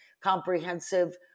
comprehensive